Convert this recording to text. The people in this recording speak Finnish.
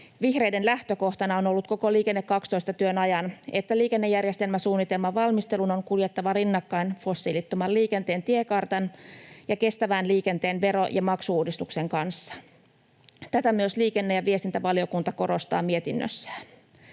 Vihreiden lähtökohtana on ollut koko Liikenne 12 -työn ajan, että liikennejärjestelmäsuunnitelman valmistelun on kuljettava rinnakkain fossiilittoman liikenteen tiekartan ja kestävän liikenteen vero- ja maksu-uudistuksen kanssa. Tätä myös liikenne- ja viestintävaliokunta korostaa mietinnössään.